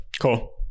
Cool